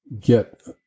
get